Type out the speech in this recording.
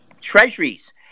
treasuries